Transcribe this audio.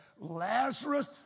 Lazarus